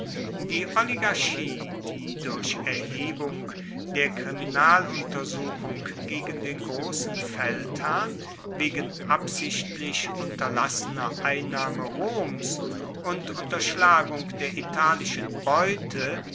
die oligarchie die durch erhebung der kriminaluntersuchung gegen den grossen feldherrn wegen absichtlich unterlassener einnahme roms und unterschlagung der italischen beute